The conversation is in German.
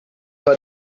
war